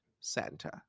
Santa